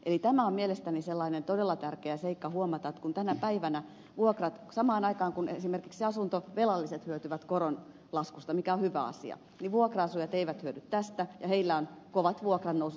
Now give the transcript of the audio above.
eli tämä on mielestäni sellainen todella tärkeä seikka huomata kun tänä päivänä samaan aikaan kun esimerkiksi asuntovelalliset hyötyvät koronlaskusta mikä on hyvä asia niin vuokra asujat eivät hyödy tästä ja heillä on kovat vuokrannousut